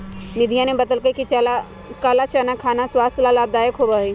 निधिया ने बतल कई कि काला चना खाना स्वास्थ्य ला लाभदायक होबा हई